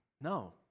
No